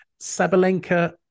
Sabalenka